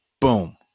boom